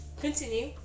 Continue